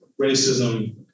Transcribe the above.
Racism